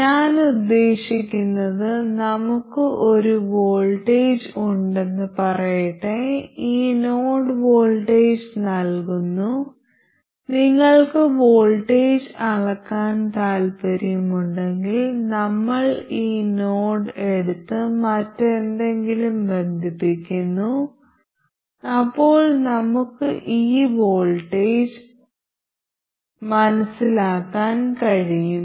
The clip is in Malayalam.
ഞാൻ ഉദ്ദേശിക്കുന്നത് നമുക്ക് ഒരു വോൾട്ടേജ് ഉണ്ടെന്ന് പറയട്ടെ ഈ നോഡ് വോൾട്ടേജ് നൽകുന്നു നിങ്ങൾക്ക് വോൾട്ടേജ് അളക്കാൻ താൽപ്പര്യമുണ്ടെങ്കിൽ നമ്മൾ ഈ നോഡ് എടുത്ത് മറ്റെന്തിലെങ്കിലും ബന്ധിപ്പിക്കുന്നു അപ്പോൾ നമുക്ക് ഈ വോൾട്ടേജ് മനസ്സിലാക്കാൻ കഴിയും